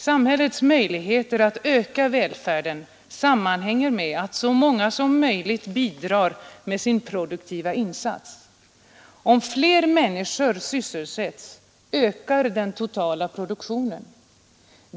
Samhällets möjligheter att öka välfärden sammanhänger med att så många som möjligt bidrar med sin produktiva insats. Om fler människor sysselsätts ökar den totala produktionen.